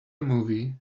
movie